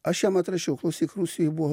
aš jam atrašiau klausyk rusijoj buvo